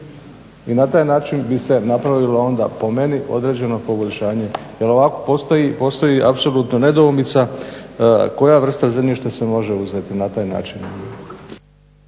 i na taj način bi se napravilo onda po meni određeno poboljšanje. Jer ovako postoji apsolutno nedoumica koja vrsta zemljišta se može uzeti na taj način.